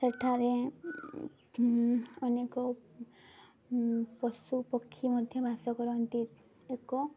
ସେଠାରେ ଅନେକ ପଶୁପକ୍ଷୀ ମଧ୍ୟ ବାସ କରନ୍ତି ଏକ